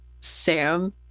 Sam